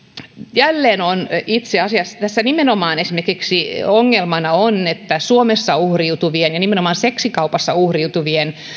itse asiassa tässä esimerkiksi ongelmana on että suomessa uhriutuvien ja nimenomaan seksikaupassa uhriutuvien